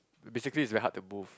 basically is very hard to move